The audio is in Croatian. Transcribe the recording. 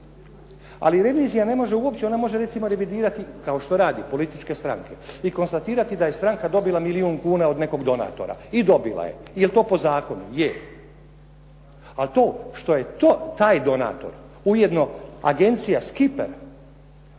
Ali revizija ne može uopće, ona može recimo revidirati, kao što rade političke stranke i konstatirati da je stranka dobila milijun kuna od nekog donatora. I dobila je. Jel' to po zakonu? Je. Ali to što je taj donator ujedno Agencija "Skiper"